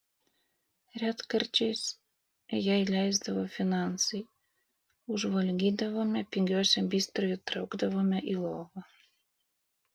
retkarčiais jei leisdavo finansai užvalgydavome pigiuose bistro ir traukdavome į lovą